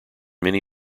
many